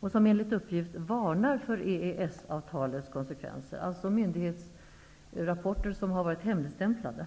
och som enligt uppgift varnar för EES-avtalets konsekvenser, alltså myndighetsrapporter som har varit hemligstämplade.